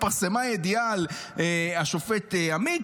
התפרסמה ידיעה על השופט עמית,